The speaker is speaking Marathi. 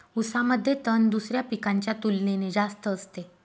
ऊसामध्ये तण दुसऱ्या पिकांच्या तुलनेने जास्त असते